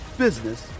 business